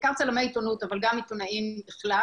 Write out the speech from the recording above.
בעיקר צלמי עיתונות אבל גם עיתונאים בכלל